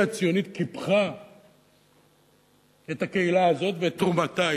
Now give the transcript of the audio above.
הציונית קיפחה את הקהילה הזו ואת תרומתה.